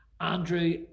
andrew